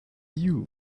you